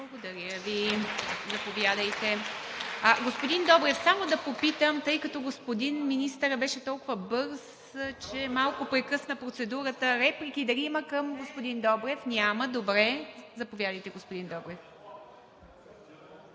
Благодаря Ви. Заповядайте. Господин Добрев, момент само да попитам, тъй като господин министърът беше толкова бърз, че малко прекъсна процедурата. Има ли реплики към господин Добрев? Няма, добре. Заповядайте, господин Добрев.